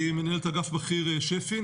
מנהלת אגף בכיר שפ"י.